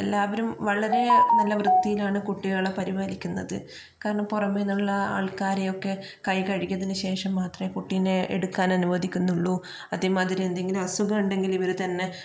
എല്ലാവരും വളരെ നല്ല വൃത്തിയിലാണ് കുട്ടികളെ പരിപാലിക്കുന്നത് കാരണം പുറമേന്നുള്ള ആൾക്കാരെയൊക്കെ കൈ കഴുകിയതിന് ശേഷം മാത്രമെ കുട്ടീനെ എടുക്കാൻ അനുവദിക്കുന്നുള്ളു അതേ മാതിരി എന്തെങ്കിലും അസുഖമുണ്ടെങ്കില് ഇവര് തന്നെ